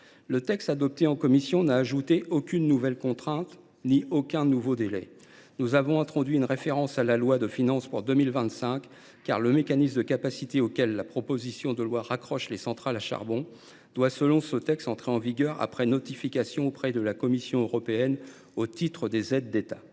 le texte adopté en commission aucune nouvelle contrainte et aucun nouveau délai. Nous avons introduit une référence à la loi de finances pour 2025, car le mécanisme de capacité auquel la proposition de loi raccroche les centrales à charbon doit, selon ladite loi, entrer en vigueur après notification auprès de la Commission européenne au titre des aides d’État.